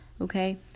okay